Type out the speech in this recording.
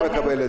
אני לא מקבל את